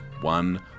one